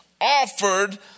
offered